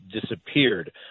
disappeared